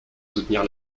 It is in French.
soutenir